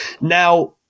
Now